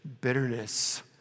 bitterness